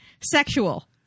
Sexual